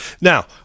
Now